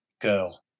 girl